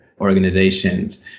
organizations